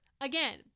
Again